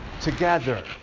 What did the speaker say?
Together